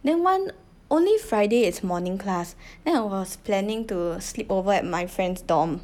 then one only friday is morning class then I was planning to sleep over at my friend's dorm